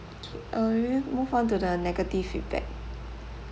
K uh we have move on to the negative feedback